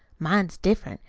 mine's different,